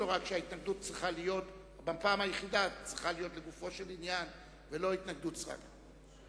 שההתנגדות צריכה להיות לגופו של עניין ולא התנגדות סרק.